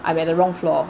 I'm at the wrong floor